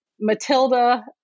Matilda